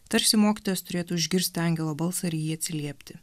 tarsi mokytojas turėtų išgirsti angelo balsą ir į jį atsiliepti